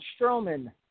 Strowman